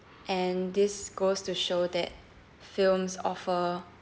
and this goes to show that films offer